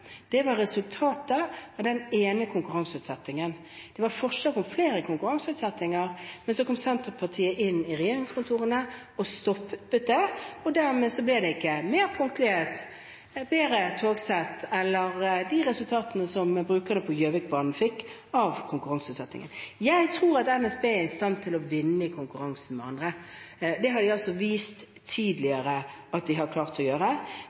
Det var resultatet av den ene konkurranseutsettingen. Det var forslag om flere konkurranseutsettinger, men så kom Senterpartiet inn i regjeringskontorene og stoppet det, og dermed ble det ikke mer punktlighet, bedre togsett eller de resultatene som brukerne på Gjøvikbanen fikk av konkurranseutsettingen. Jeg tror at NSB er i stand til å vinne i konkurranse med andre. Det har de vist tidligere at de har klart å gjøre,